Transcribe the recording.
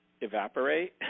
evaporate